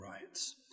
rights